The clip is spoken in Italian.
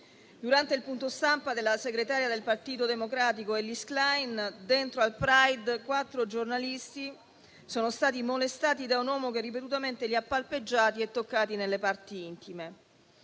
Durante il punto stampa della segretaria del Partito Democratico Elli Schlein, dentro al Pride, quattro giornalisti sono stati molestati da un uomo che ripetutamente li ha palpeggiati e toccati nelle parti intime.